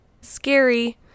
Scary